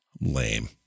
Lame